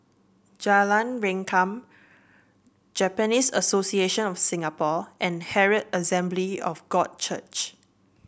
Jalan Rengkam Japanese Association of Singapore and Herald Assembly of God Church